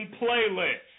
playlist